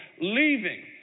leaving